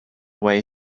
way